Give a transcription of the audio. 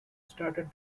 started